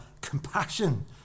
compassion